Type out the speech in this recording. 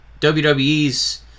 WWE's